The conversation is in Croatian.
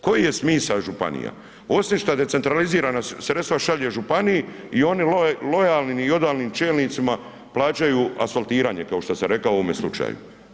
Koji je smisao županija osim šta decentralizirana sredstva šalje županiji i oni lojalni i odavnim čelnicima plaćaju asfaltiranje kao što sam rekao u ovome slučaju.